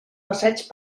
passeig